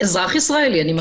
אזרח ישראלי אני מכניסה.